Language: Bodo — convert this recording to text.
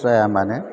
जाया मानो